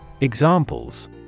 Examples